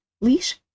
leash